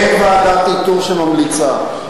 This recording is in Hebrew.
אין ועדת איתור שממליצה.